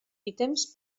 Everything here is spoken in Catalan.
ítems